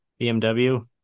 BMW